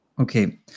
okay